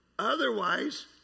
Otherwise